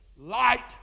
Light